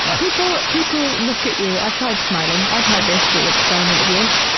people, people look at you. i've tried smiling. i tried this little experiment of yours.